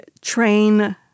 train